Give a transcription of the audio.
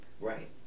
Right